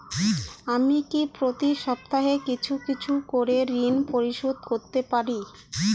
আমি কি প্রতি সপ্তাহে কিছু কিছু করে ঋন পরিশোধ করতে পারি?